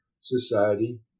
society